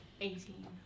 Eighteen